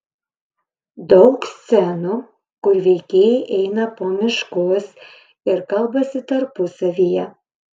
daug scenų kur veikėjai eina po miškus ir kalbasi tarpusavyje